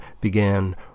began